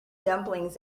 dumplings